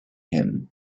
him